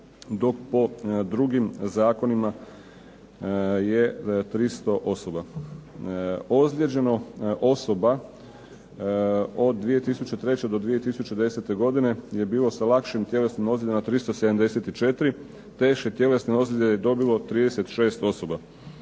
dok po drugim Zakonima je 300 osoba. Ozlijeđeno osoba od 2003. do 2010. godine je bilo sa lakšim tjelesnim ozljedama 374, teške tjelesne ozljede je dobilo 36 osoba.